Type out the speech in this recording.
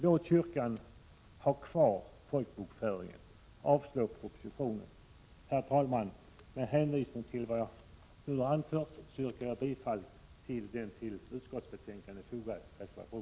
Låt kyrkan ha kvar folkbokföringen och avslå propositionen! Herr talman! Med hänvisning till vad jag nu har anfört yrkar jag bifall till den till utskottsbetänkandet fogade reservationen nr 1.